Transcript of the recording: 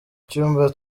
cyumba